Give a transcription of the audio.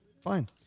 Fine